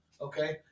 Okay